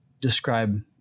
describe